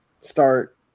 start